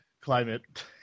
climate